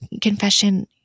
confession